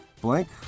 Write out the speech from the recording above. blank